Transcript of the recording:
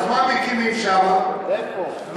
אז מה מקימים שם בנגב,